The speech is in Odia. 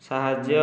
ସାହାଯ୍ୟ